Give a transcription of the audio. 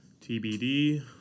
TBD